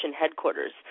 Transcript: headquarters